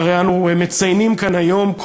שהרי אנו מציינים כאן היום,